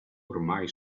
ormai